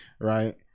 Right